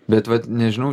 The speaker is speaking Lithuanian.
bet vat nežinau